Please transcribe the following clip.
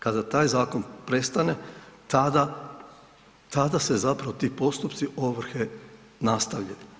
Kada taj zakon prestane tada, tada se zapravo ti postupci ovrhe nastavljaju.